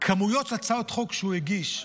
כמויות הצעות החוק שהוא הגיש,